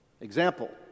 Example